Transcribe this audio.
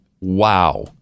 wow